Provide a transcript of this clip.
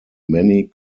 many